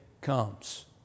comes